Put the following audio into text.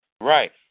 Right